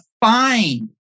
find